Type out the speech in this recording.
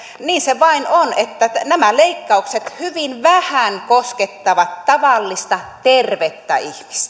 niin se vain on että nämä leikkaukset hyvin vähän koskettavat tavallista tervettä ihmistä